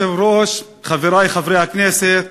אדוני היושב-ראש, חברי חברי הכנסת,